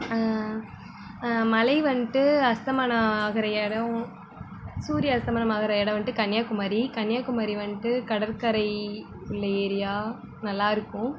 மலை வந்துட்டு அஸ்தமனம் ஆகிற இடம் சூரிய அஸ்தமனம் ஆகிற இடம் வந்துட்டு கன்னியாகுமரி கன்னியாகுமரி வந்துட்டு கடற்கரை உள்ள ஏரியா நல்லா இருக்கும்